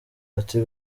ati